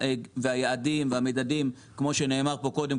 היעדים והמדדים כפי שנאמר פה קודם,